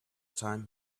time